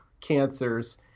cancers